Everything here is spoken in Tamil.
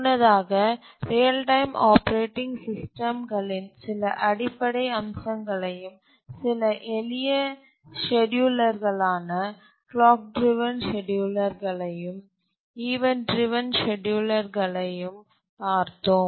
முன்னதாக ரியல் டைம் ஆப்பரேட்டிங் சிஸ்டம்களின் சில அடிப்படை அம்சங்களையும் சில எளிய ஸ்கேட்யூலர் ஆன கிளாக் டிரவன் ஸ்கேட்யூலர்களையும் ஈவண்ட் டிரவன் ஸ்கேட்யூலர்களையும் பார்த்தோம்